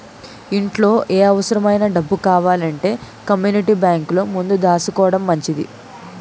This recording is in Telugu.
ఇంట్లో ఏ అవుసరమైన డబ్బు కావాలంటే కమ్మూనిటీ బేంకులో ముందు దాసుకోడం మంచిది